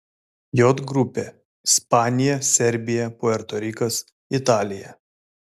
j grupė ispanija serbija puerto rikas italija